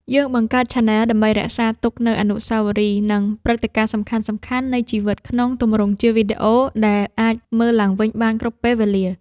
យើងបង្កើតឆានែលដើម្បីរក្សាទុកនូវអនុស្សាវរីយ៍ និងព្រឹត្តិការណ៍សំខាន់ៗនៃជីវិតក្នុងទម្រង់ជាវីដេអូដែលអាចមើលឡើងវិញបានគ្រប់ពេលវេលា។